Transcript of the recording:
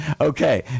Okay